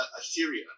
Assyria